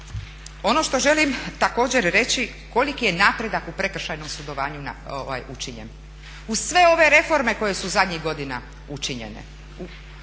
Ono što želim također reći koliki je napredak u prekršajnom sudovanju učinjen. Uz sve ove reforme koje su zadnjih godina učinjene